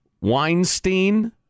Weinstein